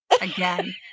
Again